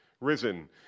risen